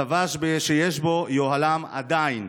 צבא שיש בו יוהל"ם, עדיין,